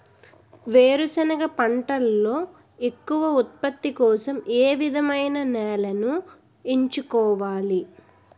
వేరుసెనగ పంటలో ఎక్కువ ఉత్పత్తి కోసం ఏ విధమైన నేలను ఎంచుకోవాలి?